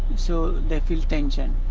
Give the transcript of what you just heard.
so they feel tension.